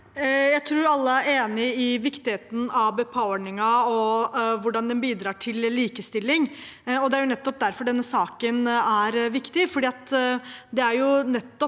Jeg tror alle er enige om viktigheten av BPA-ordningen og hvordan den bidrar til likestilling. Det er nettopp derfor denne saken er viktig,